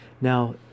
Now